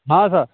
हँ सर